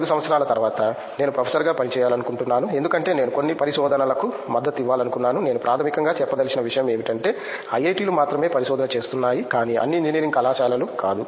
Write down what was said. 5 సంవత్సరాల తరువాత నేను ప్రొఫెసర్గా పని చేయాలనుకుంటున్నాను ఎందుకంటే నేను కొన్ని పరిశోధనలకు మద్దతు ఇవ్వాలనుకున్నాను నేను ప్రాథమికంగా చెప్పదలచిన విషయమేమిటంటే ఐఐటిలు మాత్రమే పరిశోధన చేస్తున్నాయి కానీ అన్ని ఇంజనీరింగ్ కళాశాలలు కాదు